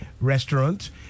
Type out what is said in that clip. Restaurant